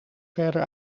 verder